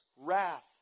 wrath